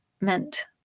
meant